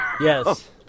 yes